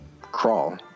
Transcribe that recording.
crawl